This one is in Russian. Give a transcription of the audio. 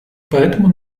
поэтому